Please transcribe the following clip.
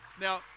Now